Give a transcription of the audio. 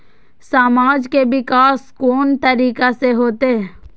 समाज के विकास कोन तरीका से होते?